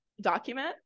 Document